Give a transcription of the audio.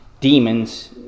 demons